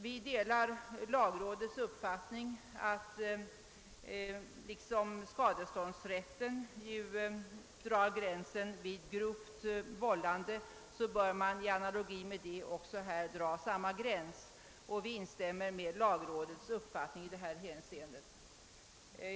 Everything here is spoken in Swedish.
Vi delar lagrådets uppfattning att man i analogi med vad som är fallet när det gäller skadeståndsrätten bör dra grän sen vid grovt vållande. Herr talman!